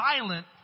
violent